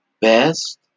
best